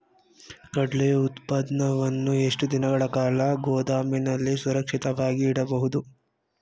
ಕಡ್ಲೆ ಉತ್ಪನ್ನವನ್ನು ಎಷ್ಟು ದಿನಗಳ ಕಾಲ ಗೋದಾಮಿನಲ್ಲಿ ಸುರಕ್ಷಿತವಾಗಿ ಇಡಬಹುದು?